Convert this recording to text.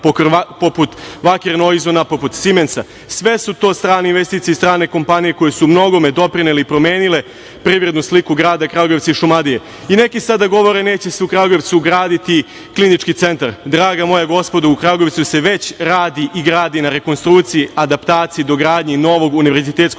poput „Vaker Nojsa“, poput „Simensa“. Sve su to strane investicije i strane kompanije koje su u mnogome doprineli i promenile privrednu sliku grada Kragujevca i Šumadije. Neki sada govore neće se u Kragujevcu graditi klinički centar. Draga moja gospodo, u Kragujevcu se već radi i gradi na rekonstruikciji, adaptaciji i dogradnji novog Univerzitetskog